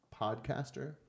podcaster